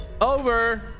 over